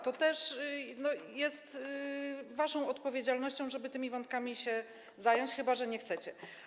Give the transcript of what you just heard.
To też jest waszą odpowiedzialnością, żeby tymi wątkami się zająć, chyba że nie chcecie.